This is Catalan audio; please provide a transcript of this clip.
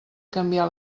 canviar